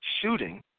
shooting